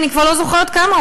אני כבר לא זוכרת כמה,